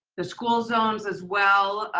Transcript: the school zones as well.